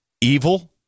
evil